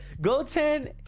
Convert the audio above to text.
Goten